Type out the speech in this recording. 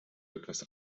etwas